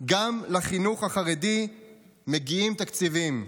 גם לחינוך החרדי מגיעים תקציבים.